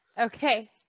Okay